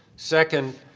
second,